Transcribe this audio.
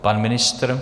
Pan ministr?